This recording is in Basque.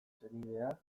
senidea